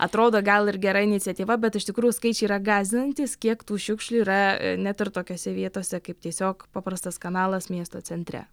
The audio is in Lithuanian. atrodo gal ir gera iniciatyva bet iš tikrųjų skaičiai yra gąsdinantys kiek tų šiukšlių yra net ir tokiose vietose kaip tiesiog paprastas kanalas miesto centre